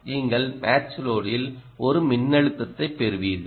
நீங்கள் மேட்ச் லோடில் ஒரு மின்னழுத்தத்தைப் பெறுவீர்கள்